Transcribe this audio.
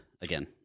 Again